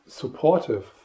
supportive